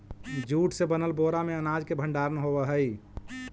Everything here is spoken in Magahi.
जूट से बनल बोरा में अनाज के भण्डारण होवऽ हइ